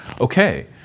okay